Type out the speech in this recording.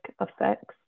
effects